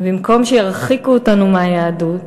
ובמקום שירחיקו אותנו מהיהדות,